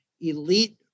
Elite